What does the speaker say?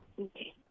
okay